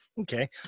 Okay